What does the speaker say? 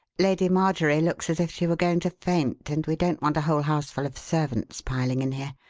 lady marjorie looks as if she were going to faint, and we don't want a whole houseful of servants piling in here.